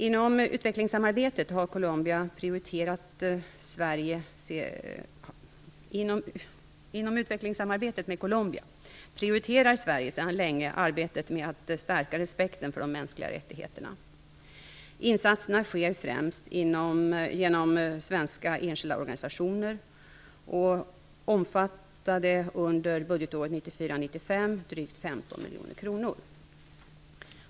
Inom utvecklingssamarbetet med Colombia prioriterar Sverige sedan länge arbetet med att stärka respekten för de mänskliga rättigheterna. Insatserna sker främst genom svenska enskilda organisationer och omfattade under budgetåret 1994/95 drygt 15 miljoner kronor.